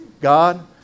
God